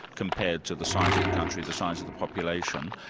compared to the size of the country, the size of the population,